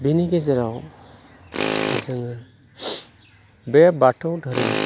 बेनि गेजेराव जोङो बे बाथौ धोरोम